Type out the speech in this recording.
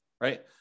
right